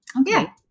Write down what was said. okay